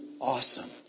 awesome